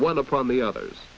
one upon the others